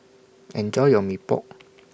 Enjoy your Mee Pok